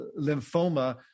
lymphoma